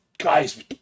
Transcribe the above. Guys